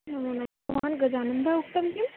नमोनमः भवान् गजानन्दः उक्तं किम्